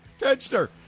Tedster